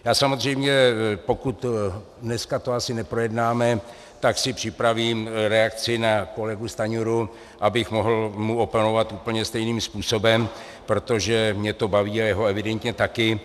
Já samozřejmě, dneska to asi neprojednáme, tak si připravím reakci na kolegu Stanjuru, abych mohl mu oponovat úplně stejným způsobem, protože mě to baví a jeho evidentně také.